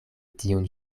tiun